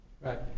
right